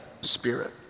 Spirit